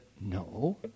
no